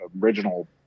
original